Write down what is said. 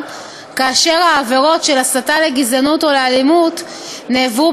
כאשר העבירות של הסתה לגזענות או לאלימות נעברו